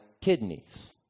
kidneys